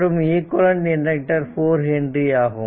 மற்றும் equivalent inductor 4 H ஆகும்